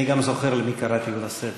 אני גם זוכר את מי קראתי לסדר.